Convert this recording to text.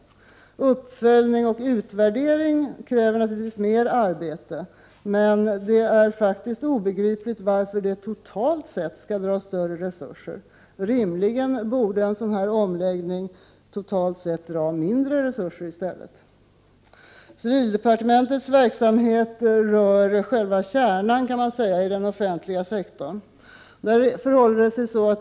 Uppföljning och utvärdering kräver naturligtvis mer arbete, men det är faktiskt obegripligt varför detta totalt sett skall dra större resurser. En sådan här omläggning borde i stället rimligen dra totalt sett mindre resurser. Civildepartementets verksamhet rör själva kärnan i den offentliga sektorn.